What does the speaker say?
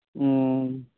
ᱚᱻ